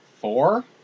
Four